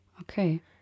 Okay